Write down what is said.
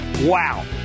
Wow